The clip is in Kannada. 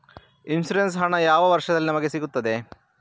ಇನ್ಸೂರೆನ್ಸ್ ಹಣ ಯಾವ ವರ್ಷದಲ್ಲಿ ನಮಗೆ ಸಿಗುತ್ತದೆ?